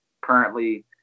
currently